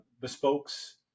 Bespoke's